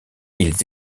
ils